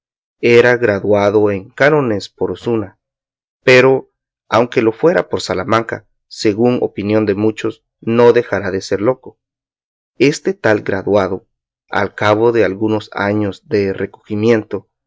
graduado en cánones por osuna pero aunque lo fuera por salamanca según opinión de muchos no dejara de ser loco este tal graduado al cabo de algunos años de recogimiento